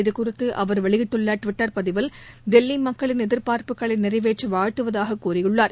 இதுகுறித்து அவர் வெளியிட்டுள்ள ட்விட்டர் பதிவில் தில்லி மக்களின் எதிர்பார்ப்புக்களை நிறைவேற்ற வாழ்த்துவதாக கூறியுள்ளார்